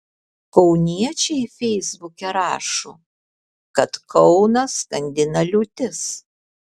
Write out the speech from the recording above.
kauniečiai feisbuke rašo kad kauną skandina liūtis